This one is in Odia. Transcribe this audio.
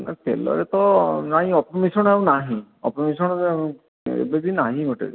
ନା ତେଲରେ ତ ନାଇ ଅପମିଶ୍ରଣ ଆଉ ନାହିଁ ଅପମିଶ୍ରଣ ଏବେବି ନାହିଁ ମୋଟେ ଏବେ